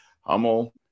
Hummel